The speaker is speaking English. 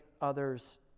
others